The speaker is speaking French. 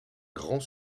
grand